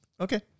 Okay